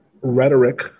rhetoric